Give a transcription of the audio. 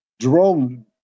Jerome